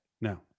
No